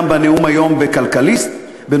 גם בנאום בנושא הדיור בכנס "כלכליסט" היום,